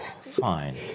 Fine